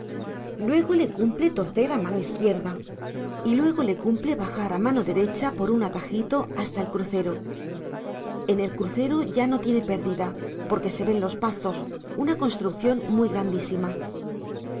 luego le cumple torcer a mano izquierda y luego le cumple bajar a mano derecha por un atajito hasta el crucero en el crucero ya no tiene pérdida porque se ven los pazos una costrución muy grandísima